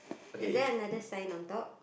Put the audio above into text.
is there another sign on top